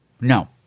no